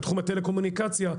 בתחום הטלקומוניקציה,